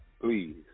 Please